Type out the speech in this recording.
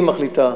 והיא מחליטה: